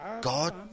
God